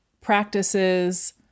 practices